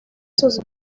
sus